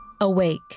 Awake